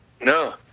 No